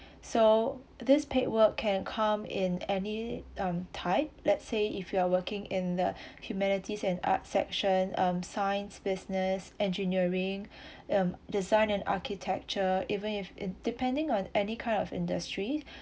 so this paid work can come in any um type let's say if you are working in the humanities and arts section um science business engineering um design and architecture even if it depending on any kind of industry